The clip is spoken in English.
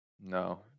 No